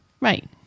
right